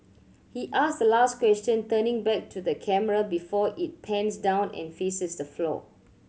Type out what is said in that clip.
he ask the last question turning back to the camera before it pans down and faces the floor